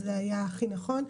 זה היה הכי נכון.